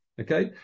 Okay